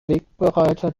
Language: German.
wegbereiter